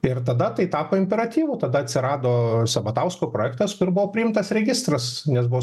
ir tada tai tapo imperatyvu tada atsirado sabatausko projektas kur buvo priimtas registras nes buvo